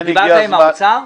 דיברת עם משרד האוצר?